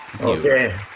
Okay